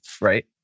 right